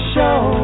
Show